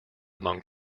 among